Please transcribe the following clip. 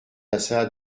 passa